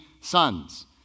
sons